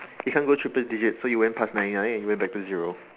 it can't go triple digits so it went past ninety nine and it went to zero